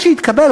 מה שהתקבל,